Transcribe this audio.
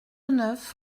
neuf